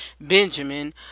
Benjamin